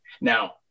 Now